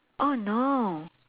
oh no